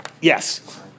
Yes